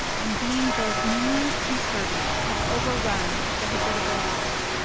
and being both numerous and sturdy have overrun the habitable world.